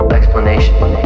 explanation